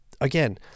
again